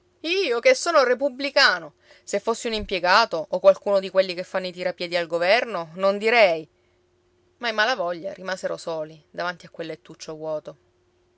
io che sono repubblicano se fossi un impiegato o qualcuno di quelli che fanno i tirapiedi al governo non direi ma i malavoglia rimasero soli davanti a quel lettuccio vuoto